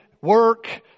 work